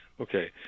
Okay